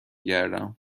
گردم